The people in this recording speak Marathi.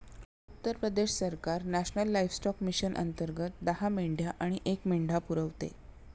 उत्तर प्रदेश सरकार नॅशनल लाइफस्टॉक मिशन अंतर्गत दहा मेंढ्या आणि एक मेंढा पुरवते